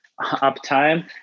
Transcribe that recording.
uptime